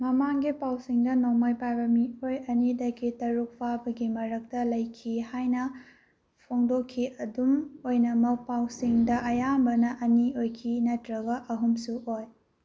ꯃꯃꯥꯡꯒꯤ ꯄꯥꯎꯁꯤꯡꯗ ꯅꯣꯡꯃꯩ ꯄꯥꯏꯕ ꯃꯤꯑꯣꯏ ꯑꯅꯤꯗꯒꯤ ꯇꯔꯨꯛ ꯐꯥꯕꯒꯤ ꯃꯔꯛꯇ ꯂꯩꯈꯤ ꯍꯥꯏꯅ ꯐꯣꯡꯗꯣꯛꯈꯤ ꯑꯗꯨꯝꯑꯣꯏꯅꯃꯛ ꯄꯥꯎꯁꯤꯡꯗ ꯑꯌꯥꯝꯕꯅ ꯑꯅꯤ ꯑꯣꯏꯈꯤ ꯅꯠꯇ꯭ꯔꯒ ꯑꯍꯨꯝꯁꯨ ꯑꯣꯏ